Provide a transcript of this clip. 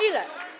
Ile?